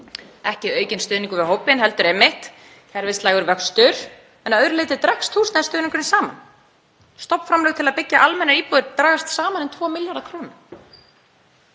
ekki aukinn stuðningur við hópinn heldur einmitt kerfislægur vöxtur en að öðru leyti dregst húsnæðisstuðningurinn saman. Stofnframlög til að byggja almennar íbúðir dragast saman um 2 milljarða kr.